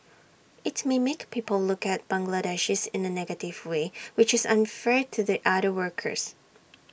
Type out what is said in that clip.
IT may make people look at Bangladeshis in A negative way which is unfair to the other workers